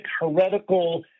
heretical